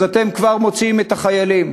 אז אתם כבר מוציאים את החיילים.